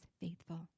faithful